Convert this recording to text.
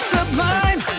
Sublime